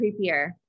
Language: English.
creepier